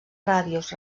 ràdios